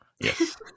Yes